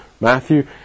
Matthew